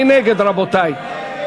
מי נגד, רבותי?